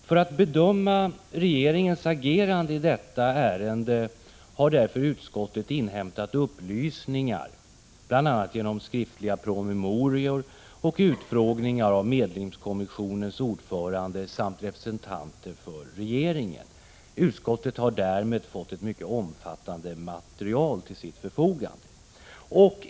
För att bedöma regeringens agerande i ärendet har utskottet inhämtat upplysningar, bl.a. genom skriftliga promemorior och utfrågningar av medlingskommissionens ordförande samt representanter för regeringen. Utskottet har därmed fått ett mycket omfattande material till sitt förfogande.